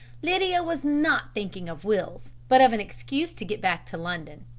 lydia was not thinking of wills, but of an excuse to get back to london.